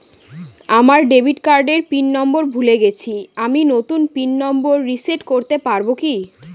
আমার ডেবিট কার্ডের pin number ভুলে গেছি আমি নূতন পিন নম্বর রিসেট করতে পারবো কি?